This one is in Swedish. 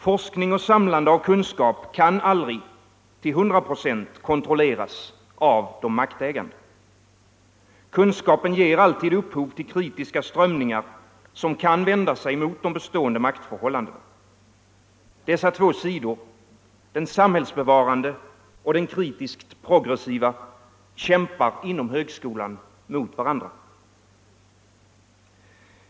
Forskning och samlande av kunskap kan aldrig till hundra procent kontrolleras av de maktägande. Kunskapen ger alltid upphov till kritiska strömningar som kan vända sig mot de bestående maktförhållandena. Dessa två sidor — den samhällsbevarande och den kritiskt-progressiva — kämpar inom högskolan mot varandra.